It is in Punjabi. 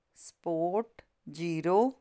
spot zero